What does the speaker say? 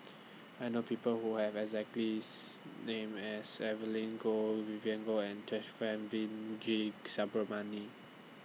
I know People Who Have The exactly name as Evelyn Goh Vivien Goh and G